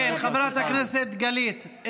כן, חברת הכנסת גלית.